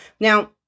Now